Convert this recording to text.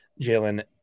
Jalen